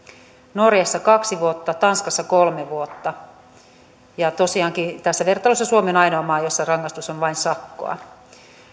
norjassa kaksi vuotta tanskassa kolme vuotta tosiaankin tässä vertailussa suomi on ainoa maa jossa rangaistus on vain sakkoa